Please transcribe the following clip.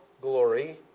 glory